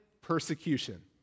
persecution